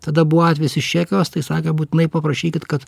tada buvo atvejis iš čekijos tai sakė būtinai paprašykit kad